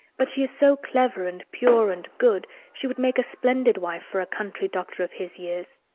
but she is so clever and pure and good, she would make a splendid wife for a country doctor of his years.